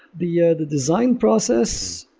the yeah the design process,